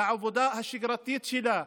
לעבודה השגרתית שלה,